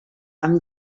amb